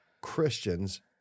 Christians